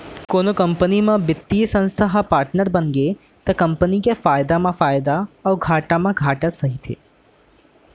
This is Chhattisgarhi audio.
कोनो कंपनी म बित्तीय संस्था ह पाटनर बनगे त कंपनी के फायदा म फायदा अउ घाटा म घाटा सहिथे